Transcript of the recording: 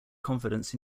confidence